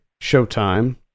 Showtime